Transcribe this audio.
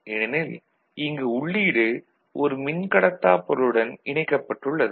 ஏனெனில் இங்கு உள்ளீடு ஒரு மின் கடத்தாப் பொருளுடன் இணைக்கப்பட்டுள்ளது